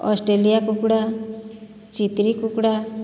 Australia କୁକୁଡ଼ା ଚିତ୍ରି କୁକୁଡ଼ା